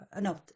no